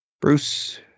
Bruce